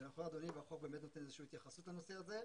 זה נכון, אדוני, והחוק נותן התייחסות לנושא הזה.